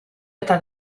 eta